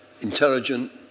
intelligent